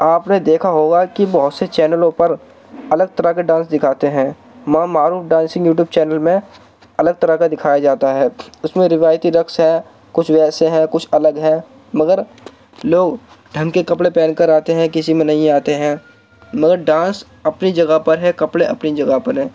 آپ نے دیکھا ہوگا کہ بہت سے چینلوں پر الگ طرح کے ڈانس دکھاتے ہیں معروف ڈانسنگ یوٹیوب چینل میں الگ طرح کا دکھایا جاتا ہے اس میں روایتی رقص ہے کچھ ویسے ہیں کچھ الگ ہیں مگر لوگ ڈھنک کے کپڑے پہن کر آتے ہیں کسی میں نہیں آتے ہیں مگر ڈانس اپنی جگہ پر ہے کپڑے اپنی جگہ پر ہیں